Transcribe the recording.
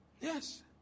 Yes